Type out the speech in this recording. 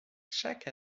chaque